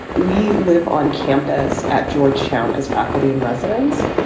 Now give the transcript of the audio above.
we live on campus at georgetown as faculty in residence.